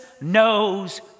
knows